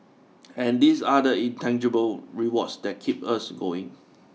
and these are the intangible rewards that keep us going